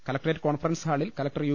collectorate conference ഹാളിൽ collector U